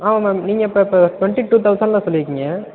ஆமாம் மேம் நீங்கள் இப்போ இப்போ டுவெண்ட்டி டூ தௌசண்ட்டில் சொல்லி இருக்கீங்க